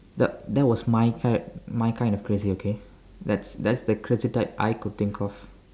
yup that was my kind my kind of crazy okay that's the crazy type I could think of